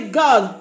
god